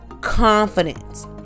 confidence